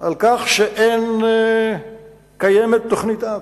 על כך שאין קיימת תוכנית-אב.